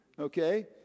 Okay